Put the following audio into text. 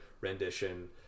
rendition